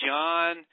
John